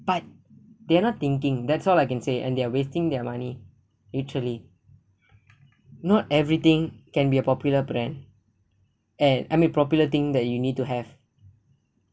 but they're not thinking that's all I can say and they're wasting their money literary not everything can be a popular brand and I mean popular thing that you need to have